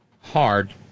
hard